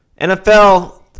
NFL